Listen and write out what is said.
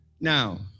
Now